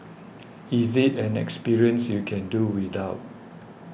is it an experience you can do without